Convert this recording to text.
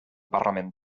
parlament